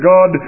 God